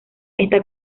esta